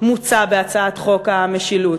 מוצע בהצעת חוק המשילות,